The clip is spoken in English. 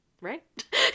right